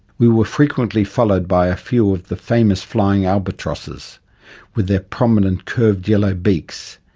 we were frequently followed by a few of the famous flying albatrosses with their prominent curved yellow beaks,